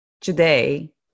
today